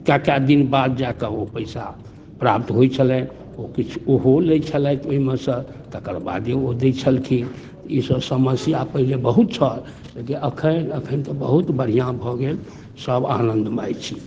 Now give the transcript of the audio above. कएक कएक दिन बाद जाकऽ ओ पइसा प्राप्त होइ छलै ओ किछु ओहो लै छलथि ओहिमेसँ तकर बादे ओ दै छलखिन तऽ ईसब समस्या पहिले बहुत छल लेकिन एखन एखन तऽ बहुत बढ़िआँ भऽ गेल सब आनन्दमय छी